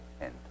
end